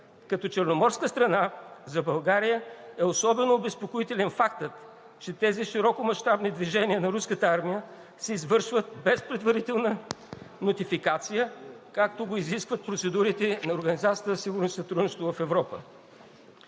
Като черноморска страна за България е особено обезпокоителен фактът, че тези широкомащабни движения на руската армия се извършват без предварителна нотификация, както го изискват процедурите на Организацията